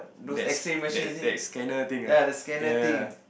that's that that scanner thing ah ya